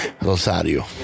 Rosario